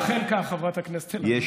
אכן כך, חברת הכנסת אלהרר.